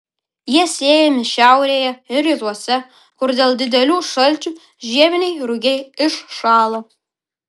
jie sėjami šiaurėje ir rytuose kur dėl didelių šalčių žieminiai rugiai iššąla